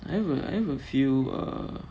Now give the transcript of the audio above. I have I have a few err